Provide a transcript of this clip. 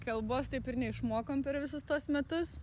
kalbos taip ir neišmokom per visus tuos metus